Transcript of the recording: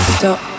stop